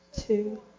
two